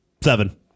seven